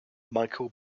michael